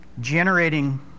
generating